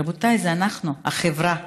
רבותיי, זה אנחנו, החברה,